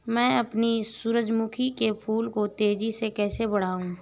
मैं अपने सूरजमुखी के फूल को तेजी से कैसे बढाऊं?